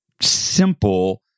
simple